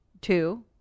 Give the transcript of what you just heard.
two